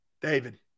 David